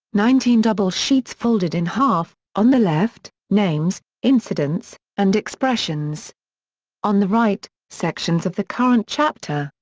nineteen double sheets folded in half on the left, names, incidents, and expressions on the right, sections of the current chapter.